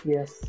Yes